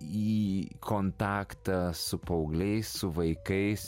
į kontaktą su paaugliais su vaikais